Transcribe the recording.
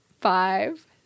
five